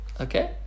Okay